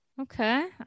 Okay